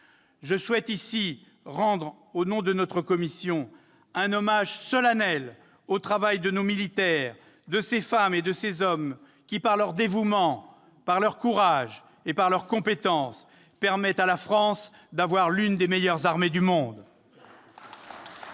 je souhaite rendre ici un hommage solennel au travail de nos militaires, de ces femmes et de ces hommes qui, par leur dévouement, par leur courage et par leur compétence, permettent à la France d'avoir l'une des meilleures armées du monde.